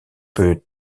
peut